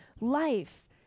life